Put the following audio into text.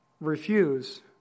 refuse